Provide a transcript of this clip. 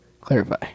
Clarify